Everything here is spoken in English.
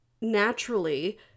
naturally